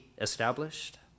established